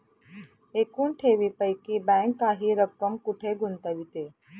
एकूण ठेवींपैकी बँक काही रक्कम कुठे गुंतविते?